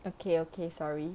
okay okay sorry